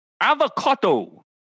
Avocado